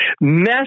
mess